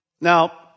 Now